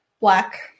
black